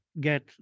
get